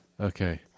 Okay